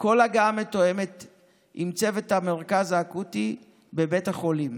כל הגעה מתואמת עם צוות המרכז האקוטי בבית החולים.